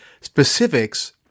specifics